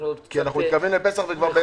אנחנו עוד קצת --- אנחנו מתקרבים לפסח ובזמן